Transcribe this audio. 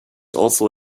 also